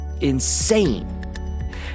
insane